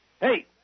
Hey